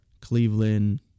Cleveland